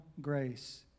grace